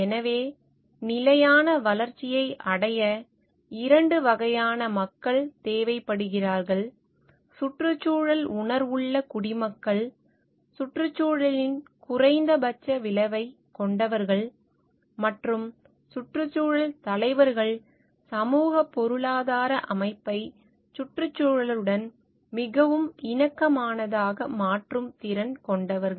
எனவே நிலையான வளர்ச்சியை அடைய இரண்டு வகையான மக்கள் தேவைப்படுகிறார்கள் சுற்றுச்சூழல் உணர்வுள்ள குடிமக்கள் சுற்றுச்சூழலின் குறைந்தபட்ச விளைவைக் கொண்டவர்கள் மற்றும் சுற்றுச்சூழல் தலைவர்கள் சமூகப் பொருளாதார அமைப்பை சுற்றுச்சூழலுடன் மிகவும் இணக்கமானதாக மாற்றும் திறன் கொண்டவர்கள்